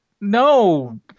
no